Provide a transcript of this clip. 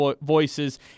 voices